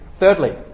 Thirdly